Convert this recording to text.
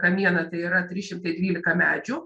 kamieną tai yra trys šimtai dvylika medžių